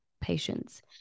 patients